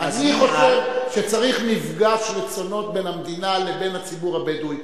חושב שצריך מפגש רצונות בין המדינה לבין הציבור הבדואי.